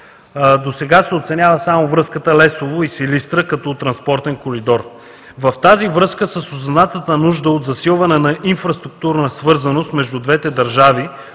Досега се оценява само връзката Лесово и Силистра, като транспортен коридор. В тази връзка, с осъзнатата нужда от засилване на инфраструктурна свързаност между двете държави